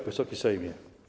Wysoki Sejmie!